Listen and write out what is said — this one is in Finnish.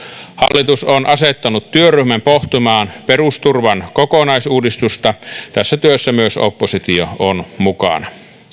hallitus on asettanut työryhmän pohtimaan perusturvan kokonaisuudistusta tässä työssä myös oppositio on mukana